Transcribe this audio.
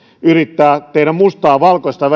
yrittää tehdä mustaa valkoiseksi